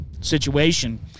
situation